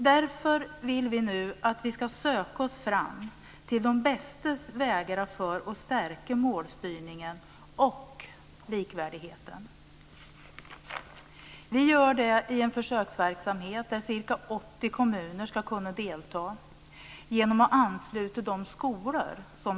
Därför vill vi nu söka oss fram efter de bästa vägarna för att stärka målstyrningen och likvärdigheten. Vi gör det i en försöksverksamhet där ca 80 kommuner ska kunna delta genom anslutning av skolor.